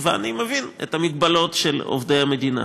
ואני מבין את המגבלות של עובדי המדינה.